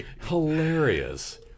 Hilarious